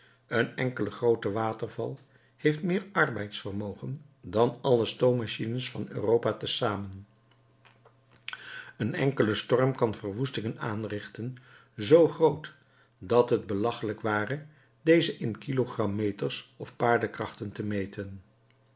een enkele groote waterval heeft meer arbeidsvermogen dan alle stoommachines van europa te zamen een enkele storm kan verwoestingen aanrichten zoo groot dat het belachelijk ware deze in kilogrammeters of paardenkrachten te meten